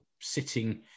sitting